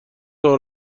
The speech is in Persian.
راه